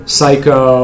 Psycho